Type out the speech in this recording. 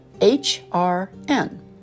H-R-N